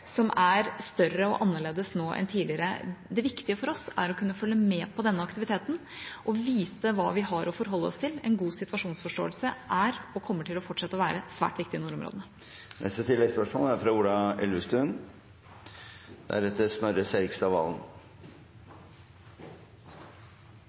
annerledes nå enn tidligere. Det viktige for oss er å kunne følge med på denne aktiviteten og vite hva vi har å forholde oss til. En god situasjonsforståelse er – og kommer fortsatt til å være – svært viktig i nordområdene. Ola Elvestuen – til oppfølgingsspørsmål En ting er